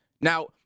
Now